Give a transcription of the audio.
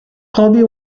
colby